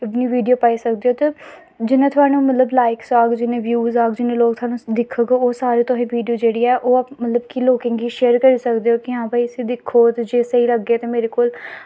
video पाई सकदे ओ ते जियां थोआनू मतलब लाईक्स आह्ग जिन्ने ब्यूस आह्ग जिन्ने लोग थोआनू दिक्खग ओह् सारे तुसेंगी वीडियो जेहड़े ऐ ओह् बाकी लोकें गी शेयर करी सकदे ओ कि हां भाई इसी दिक्खो जे स्हेई लग्गै ते मेरे कोल